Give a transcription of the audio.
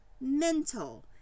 mental